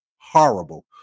horrible